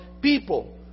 people